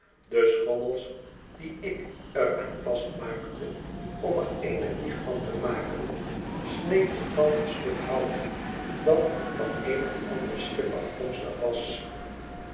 de schommels die ik er aan vastmaakte om er eene wieg van te maken sneed ik van een stuk hout dat van het een of andere schip afkomstig was